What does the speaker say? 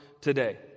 today